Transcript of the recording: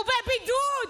הוא בבידוד.